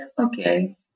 okay